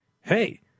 Hey